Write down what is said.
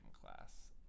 class